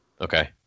okay